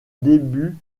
début